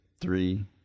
three